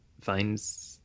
finds